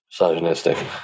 misogynistic